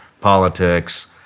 politics